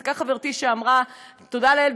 צדקה חברתי כשאמרה: תודה לאל,